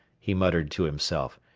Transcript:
he muttered to himself,